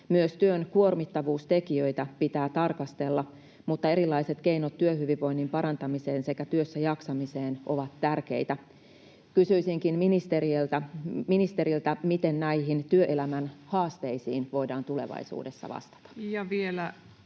Myös työn kuormittavuustekijöitä pitää tarkastella, mutta erilaiset keinot työhyvinvoinnin parantamiseen sekä työssäjaksamiseen ovat tärkeitä. Kysyisinkin ministeriltä, miten näihin työelämän haasteisiin voidaan tulevaisuudessa vastata?